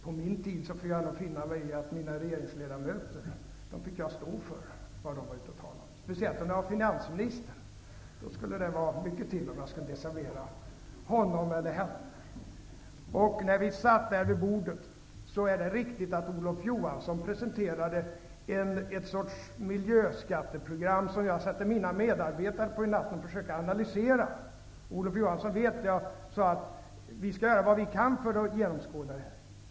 På min tid fick jag finna mig i att stå för det mina regeringsledamöter var ute och talade om, speciellt om det var finansministern. Det skulle mycket till om jag skulle desavouera honom eller henne. Det är riktigt att Olof Johansson, när vi satt vid förhandlingsbordet, presenterade ett sorts miljöskatteprogram, som jag satte mina medarbetare på att försöka analysera. Olof Johansson vet att jag sade att vi skulle göra vad vi kunde för att genomskåda förslaget.